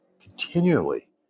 continually